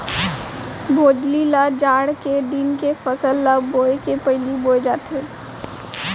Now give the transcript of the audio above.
भोजली ल जाड़ के दिन के फसल ल बोए के पहिली बोए जाथे